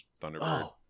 Thunderbird